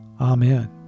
Amen